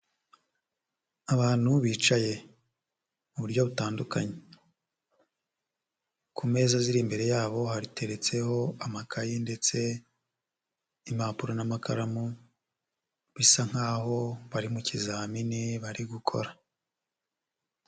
Abantu bicaye mu buryo butandukanye, ku meza imbere yabo hateretseho amakaye ndetse n'impapuro n'amakaramu bisa nk'aho bari mu kizamini bari gukora.